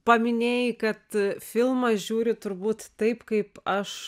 paminėjai kad filmą žiūri turbūt taip kaip aš